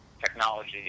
technology